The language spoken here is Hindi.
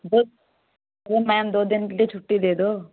बस मैम दो दिन की छुट्टी दे दो